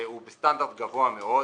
והוא בסטנדרט גבוה מאוד.